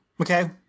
okay